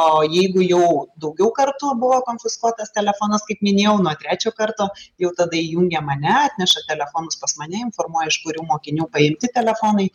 o jeigu jau daugiau kartų buvo konfiskuotas telefonas kaip minėjau nuo trečio karto jau tada įjungia mane atneša telefonus pas mane informuoja iš kurių mokinių paimti telefonai